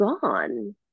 gone